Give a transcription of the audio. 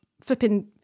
flipping